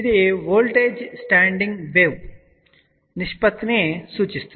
ఇది voltage standing wave నిష్పత్తిని సూచిస్తుంది